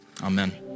Amen